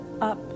up